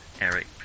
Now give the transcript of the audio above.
Eric